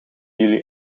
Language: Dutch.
jullie